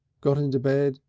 got into bed,